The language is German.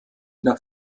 nach